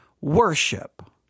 worship